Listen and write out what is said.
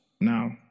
Now